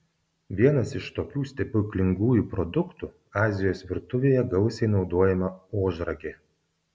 vienas iš tokių stebuklingųjų produktų azijos virtuvėje gausiai naudojama ožragė